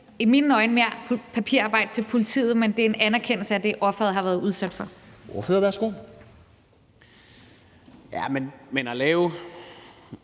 i mine øjne ikke mere papirarbejde til politiet, men det er en anerkendelse af det, offeret har været udsat for. Kl. 15:49 Formanden (Henrik